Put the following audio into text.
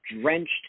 drenched